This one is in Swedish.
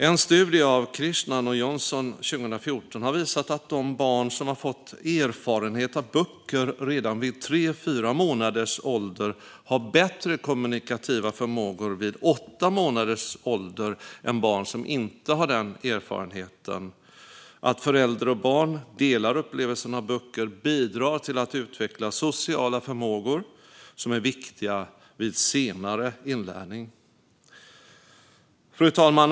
En studie av Krishnan och Johnson från 2014 visar att de barn som fått erfarenhet av böcker redan vid tre fyra månaders ålder har bättre kommunikativa förmågor vid åtta månaders ålder än barn som inte har den erfarenheten. Att förälder och barn delar upplevelsen av böcker bidrar till att utveckla sociala förmågor, som är viktiga vid senare inlärning. Fru talman!